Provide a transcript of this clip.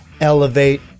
elevate